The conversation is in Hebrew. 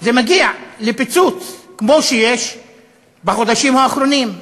זה מגיע לפיצוץ, כמו שיש בחודשים האחרונים.